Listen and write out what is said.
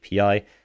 API